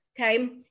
Okay